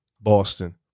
Boston